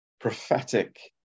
prophetic